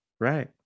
right